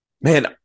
Man